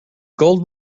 gold